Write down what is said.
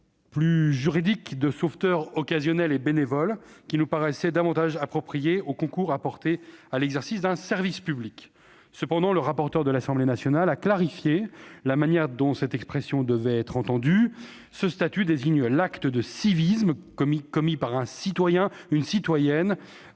plus juridique, de « sauveteur occasionnel et bénévole », qui nous paraissait davantage appropriée s'agissant d'un concours apporté à l'exercice d'un service public. Cependant, le rapporteur de l'Assemblée nationale a clarifié la manière dont cette expression devait être entendue : ce statut recouvre l'acte de civisme commis par un citoyen qui porte